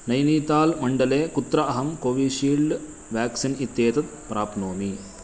नैनीताल् मण्डले कुत्र अहं कोविशील्ड् व्याक्सीन् इत्येतत् प्राप्नोमि